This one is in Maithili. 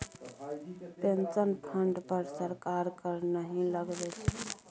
पेंशन फंड पर सरकार कर नहि लगबै छै